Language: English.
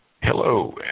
Hello